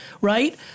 right